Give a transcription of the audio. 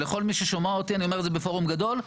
לכל מי ששומע אותי אני אומר את זה בפורום גדול,